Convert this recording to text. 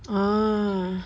ah